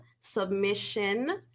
submission